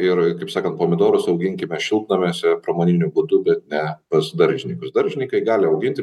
ir kaip sakant pomidorus auginkime šiltnamiuose pramoniniu būdu bet ne pas daržininkus daržininkai gali auginti bet ir bus koks